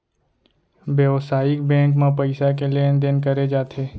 बेवसायिक बेंक म पइसा के लेन देन करे जाथे